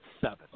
seven